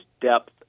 depth